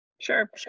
Sure